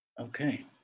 Okay